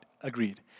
Agreed